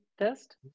test